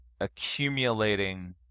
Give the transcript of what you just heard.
accumulating